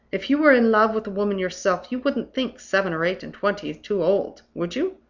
if you were in love with a woman yourself, you wouldn't think seven or eight and twenty too old would you?